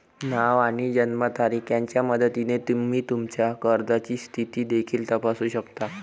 नाव आणि जन्मतारीख यांच्या मदतीने तुम्ही तुमच्या कर्जाची स्थिती देखील तपासू शकता